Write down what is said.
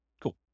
Cool